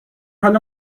حال